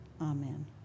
Amen